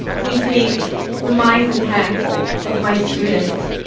please meet the minds and hands of my students.